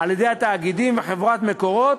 על-ידי התאגידים וחברת "מקורות"